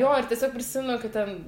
jo ir tiesiog prisimenu kad ten